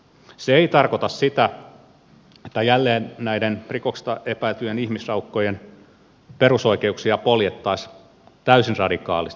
se ei tarkoita sitä että jälleen näiden rikoksesta epäiltyjen ihmisraukkojen perusoikeuksia poljettaisiin täysin radikaalisti